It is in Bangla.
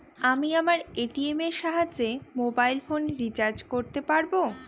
আমি আমার এ.টি.এম এর সাহায্যে মোবাইল ফোন রিচার্জ করতে পারব?